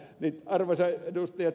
arvoisa ed